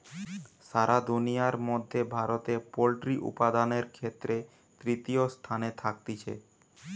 সারা দুনিয়ার মধ্যে ভারতে পোল্ট্রি উপাদানের ক্ষেত্রে তৃতীয় স্থানে থাকতিছে